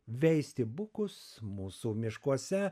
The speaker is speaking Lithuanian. veisti bukus mūsų miškuose